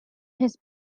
his